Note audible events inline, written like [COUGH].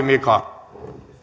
[UNINTELLIGIBLE] herra